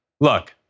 look